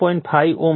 5 ohm છે